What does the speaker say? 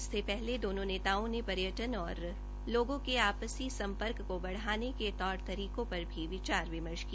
इससे पहले दोनो नेताओं ने पर्यटन और लोगों के आपसी संपर्क को बढाने के तौर तरीकों पर भी विचार विमर्श किया